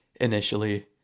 initially